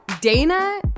Dana